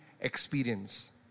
experience